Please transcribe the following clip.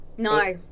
No